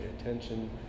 attention